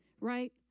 Right